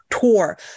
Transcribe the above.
tour